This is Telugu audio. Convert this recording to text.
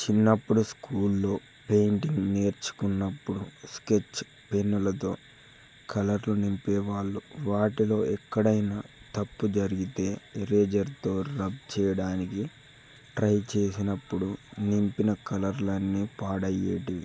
చిన్నప్పుడు స్కూల్లో పెయింటింగ్ నేర్చుకున్నప్పుడు స్కెచ్ పెన్నులతో కలర్లు నింపే వాళ్ళు వాటిలో ఎక్కడైనా తప్పు జరిగితే ఎరేజర్తో రబ్ చేయడానికి ట్రై చేసినప్పుడు నింపిన కలర్లు అన్నీ పాడయ్యేవి